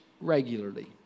regularly